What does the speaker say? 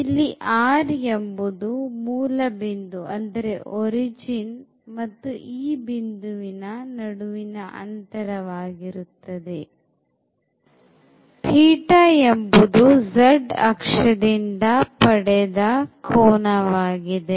ಇಲ್ಲಿ r ಎಂಬುದು ಮೂಲಬಿಂದು ಮತ್ತು ಈ ಬಿಂದುವಿನ ನಡುವಿನ ಅಂತರವಾಗಿರುತ್ತದೆ θ ಎಂಬುದು z ಅಕ್ಷದದಿಂದ ಪಡೆದ ಕೋನವಾಗಿದೆ